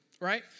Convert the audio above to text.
right